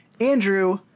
Andrew